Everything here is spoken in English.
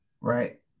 right